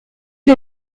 les